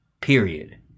period